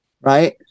Right